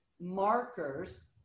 markers